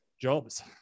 jobs